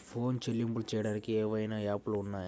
Phone చెల్లింపులు చెయ్యటానికి ఏవైనా యాప్లు ఉన్నాయా?